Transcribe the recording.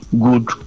good